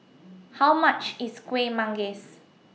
How much IS Kuih Manggis